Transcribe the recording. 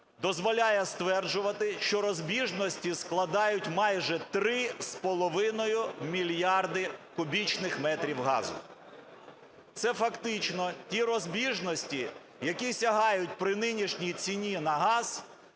дозволяє стверджувати, що розбіжності складають майже три з половиною мільярда кубічних метрів газу. Це фактично ті розбіжності, які сягають при нинішній ціні на газ,